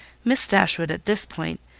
miss dashwood, at this point,